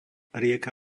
rieka